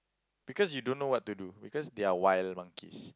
because you don't know what to do because they are wild monkeys